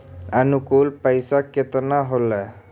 अनुकुल पैसा केतना होलय